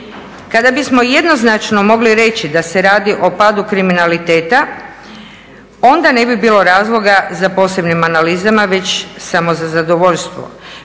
Kada bismo jednoznačno mogli reći da se radi o padu kriminaliteta, onda ne bi bilo razloga za posebnim analizama, već samo za zadovoljstvo,